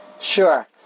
Sure